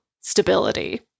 stability